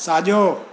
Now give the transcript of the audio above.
साॼो